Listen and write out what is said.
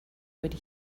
would